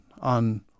on